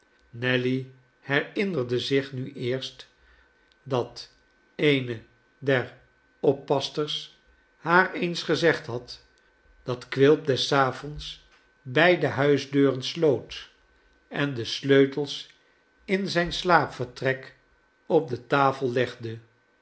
nelly herinnerde zich nu eerst dat eene der oppassters haar eens gezegd had dat quilp des avonds beide huisdeuren sloof en de sleutels in zijn slaapvertrek op de tafel legde